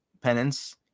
penance